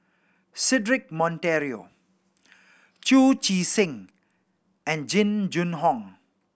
Cedric Monteiro Chu Chee Seng and Jing Jun Hong